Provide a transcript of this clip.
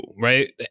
right